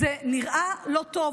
זה נראה לא טוב,